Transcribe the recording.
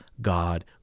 God